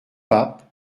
pape